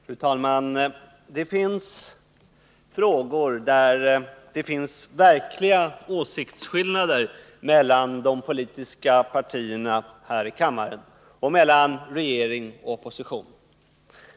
Fru talman! Det finns frågor där det råder verkliga åsiktsskillnader mellan de politiska partierna här i kammaren och mellan regering och opposition.